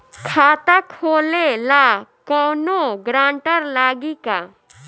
खाता खोले ला कौनो ग्रांटर लागी का?